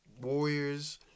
Warriors